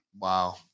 Wow